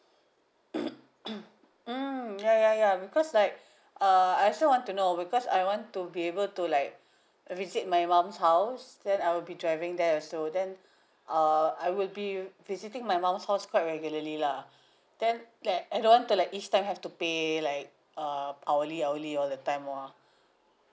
mm ya ya ya because like uh I also want to know because I want to be able to like visit my mum's house then I'll be driving there also then uh I will be visiting my mom's house quite regularly lah then like I don't want to like each time have to pay like uh hourly hourly all the time lah